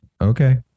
Okay